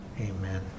Amen